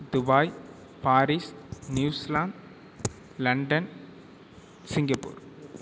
Dubai Paris New Zealand London Singapore